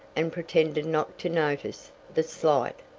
and pretended not to notice the slight.